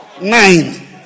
Nine